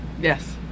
Yes